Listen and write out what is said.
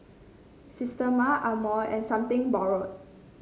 Systema Amore and Something Borrowed